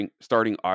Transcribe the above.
starting